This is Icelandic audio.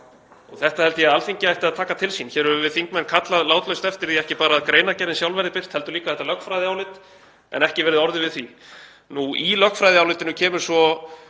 Þetta held ég að Alþingi ætti að taka til sín. Hér höfum við þingmenn kallað látlaust eftir því að ekki bara greinargerðin sjálf verði birt heldur líka þetta lögfræðiálit, en ekki hefur verið orðið við því. Í lögfræðiálitinu kemur svo